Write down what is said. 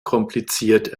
kompliziert